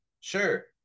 Sure